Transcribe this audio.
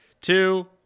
Two